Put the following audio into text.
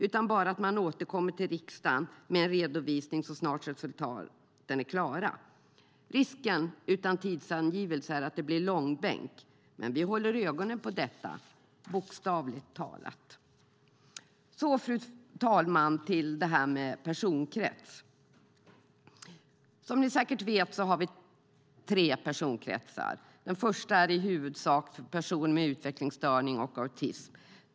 Det sägs bara att man ska återkomma till riksdagen med en redovisning så snart resultaten är klara. Risken är att det blir en långbänk utan tidsangivelse. Men vi håller ögonen på detta, bokstavligt talat. Fru talman! Jag ska säga något om personkrets. Som ni säkert vet finns det tre personkretsar. Den första är i huvudsak personer med utvecklingsstörning och autism.